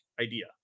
idea